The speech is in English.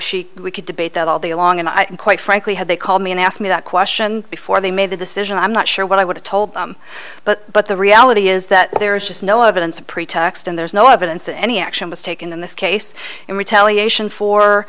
could debate that all day long and i quite frankly had they called me and asked me that question before they made the decision i'm not sure what i would have told but but the reality is that there is just no evidence of pretext and there's no evidence that any action was taken in this case in retaliation for